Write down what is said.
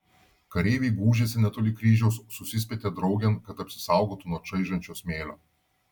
kareiviai gūžėsi netoli kryžiaus susispietė draugėn kad apsisaugotų nuo čaižančio smėlio